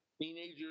teenagers